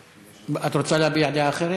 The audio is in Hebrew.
את רוצה להביע דעה אחרת?